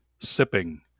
sipping